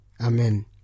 Amen